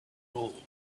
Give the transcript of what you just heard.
hole